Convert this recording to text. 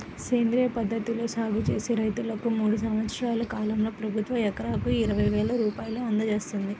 సేంద్రియ పద్ధతిలో సాగు చేసే రైతన్నలకు మూడు సంవత్సరాల కాలంలో ప్రభుత్వం ఎకరాకు ఇరవై వేల రూపాయలు అందజేత్తంది